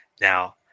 Now